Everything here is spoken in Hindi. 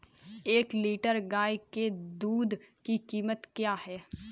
एक लीटर गाय के दूध की कीमत क्या है?